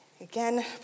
Again